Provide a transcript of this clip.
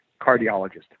cardiologist